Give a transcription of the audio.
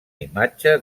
imatge